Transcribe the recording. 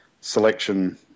selection